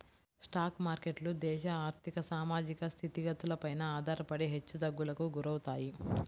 stock మార్కెట్లు దేశ ఆర్ధిక, సామాజిక స్థితిగతులపైన ఆధారపడి హెచ్చుతగ్గులకు గురవుతాయి